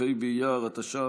כ"ה באייר התש"ף,